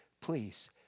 please